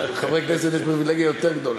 לחברי כנסת יש פריבילגיה יותר גדולה.